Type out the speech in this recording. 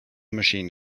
machine